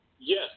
Yes